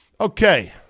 Okay